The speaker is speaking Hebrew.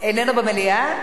איננו במליאה?